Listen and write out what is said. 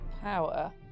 power